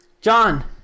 John